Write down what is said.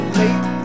late